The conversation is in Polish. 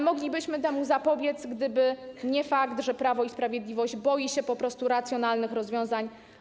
Moglibyśmy temu zapobiec, gdyby nie fakt, że Prawo i Sprawiedliwość po prostu boi się racjonalnych rozwiązań.